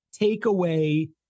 takeaway